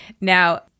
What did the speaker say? Now